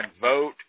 vote